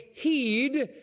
heed